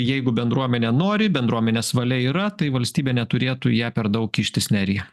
jeigu bendruomenė nori bendruomenės valia yra tai valstybė neturėtų į ją per daug kištis nerija